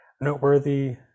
noteworthy